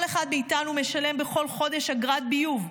כל אחד מאיתנו משלם בכל חודש אגרת ביוב,